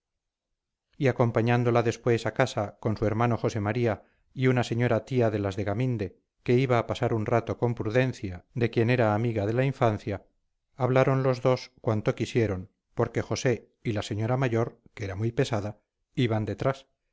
y acompañándola después a casa con su hermano josé maría y una señora tía de las de gaminde que iba a pasar un rato con prudencia de quien era amiga de la infancia hablaron los dos cuanto quisieron porque josé y la señora mayor que era muy pesada iban detrás